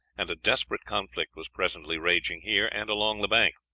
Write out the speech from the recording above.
and a desperate conflict was presently raging here and along the bank,